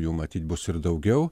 jų matyt bus ir daugiau